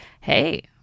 hey